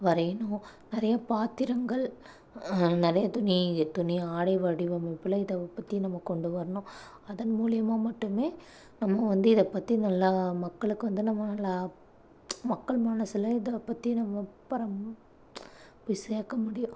வரையணும் நிறைய பாத்திரங்கள் நிறையா துணி துணி ஆடை வடிவமைப்பில் இதை உற்பத்தியை நம்ம கொண்டுவரணும் அதன் மூலிமா மட்டுமே நம்ம வந்து இதை பற்றி நல்லா மக்களுக்கு வந்து நம்ம நல்லா மக்கள் மனசில் இதைப் பற்றி நம்ம போய் சேர்க்க முடியும்